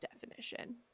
definition